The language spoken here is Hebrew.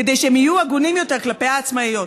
כדי שהם יהיו הגונים יותר כלפי העצמאיות.